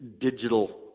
digital